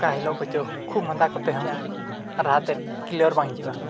ᱚᱠᱟ ᱦᱤᱞᱳᱜ ᱠᱚᱪᱚ ᱠᱷᱩᱜ ᱢᱟᱸᱫᱟ ᱠᱚᱛᱮ ᱦᱚᱸ ᱨᱟᱦᱟ ᱛᱮᱫ ᱠᱞᱤᱭᱟᱨ ᱵᱟᱝ ᱦᱤᱡᱩᱜᱼᱟ